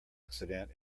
accident